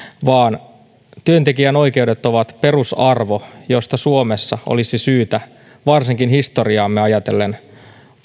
vaan työntekijän oikeudet ovat perusarvo josta suomessa olisi syytä varsinkin historiaamme ajatellen